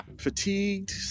Fatigued